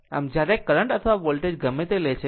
આમ જ્યારે કરંટ અથવા વોલ્ટેજ ગમે તે લે છે